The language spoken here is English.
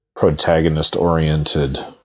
protagonist-oriented